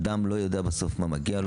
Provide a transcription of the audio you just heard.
אדם לא יודע מה מגיע לו,